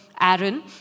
Aaron